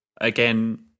Again